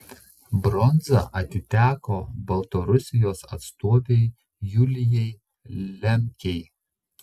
bronza atiteko baltarusijos atstovei julijai lemkei